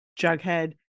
Jughead